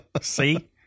See